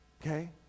okay